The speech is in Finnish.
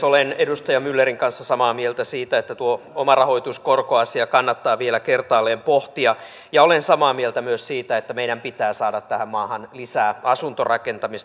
olen edustaja myllerin kanssa samaa mieltä siitä että tuo omarahoituskorkoasia kannattaa vielä kertaalleen pohtia ja olen samaa mieltä myös siitä että meidän pitää saada tähän maahan lisää asuntorakentamista